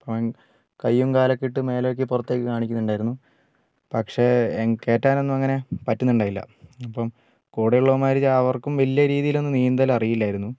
അവന് കൈയും കാലും ഒക്കെ ഇട്ട് മേലേക്ക് പുറത്തേക്ക് കാണിക്കുന്നുണ്ടായിരുന്നു പക്ഷെ കയറ്റാന് ഒന്നും അങ്ങെനെ പറ്റുന്നുണ്ടായിരുന്നില്ല അപ്പം കൂടെയുള്ളവന്മാര്ക്കും വലിയ രീതിയിലെന്നും നിന്തല് അറിയില്ലായിരുന്നു